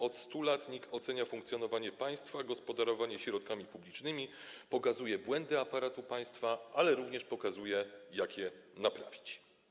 Od 100 lat NIK ocenia funkcjonowanie państwa, gospodarowanie środkami publicznymi, pokazuje błędy aparatu państwa, ale również pokazuje, jak je naprawić.